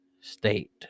state